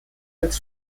als